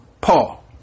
Paul